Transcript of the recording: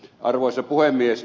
arvoisa puhemies